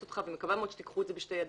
אותך ומקווה מאוד שתיקחו את זה בשתי ידיים,